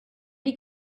die